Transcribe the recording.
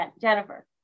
Jennifer